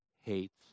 hates